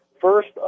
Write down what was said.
First